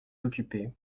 occupé